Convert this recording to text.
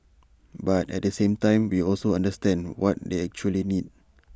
but at the same time we also understand what they actually need